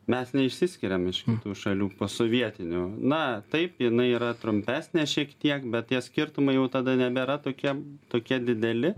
mes neišsiskiriam iš kitų šalių posovietinių na taip jinai yra trumpesnė šiek tiek bet tie skirtumai jau tada nebėra tokie tokie dideli